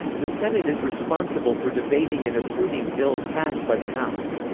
the senate is responsible for debating and approving bills passed by the house.